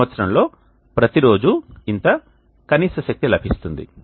సంవత్సరంలో ప్రతి రోజు ఇంత కనీస శక్తి లభిస్తుంది